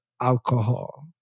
alcohol